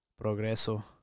Progreso